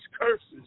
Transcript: curses